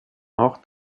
auch